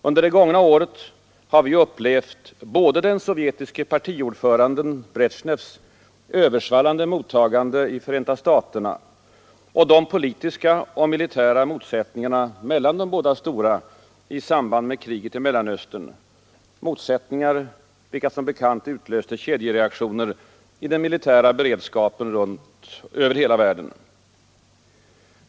Under det gångna året har vi upplevt både den sovjetiske partiordföranden Brezjnevs översvallande mottagande i Förenta staterna och de politiska och militära motsättningarna mellan de båda stora i samband med kriget i Mellanöstern, motsättningar vilka som bekant utlöste kedjereaktioner i deras militära beredskap över hela världen.